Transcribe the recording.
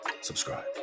subscribe